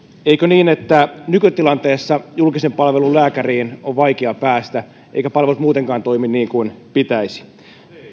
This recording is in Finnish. eikö niin että nykytilanteessa julkisen palvelun lääkäriin on vaikea päästä eivätkä palvelut muutenkaan toimi niin kuin pitäisi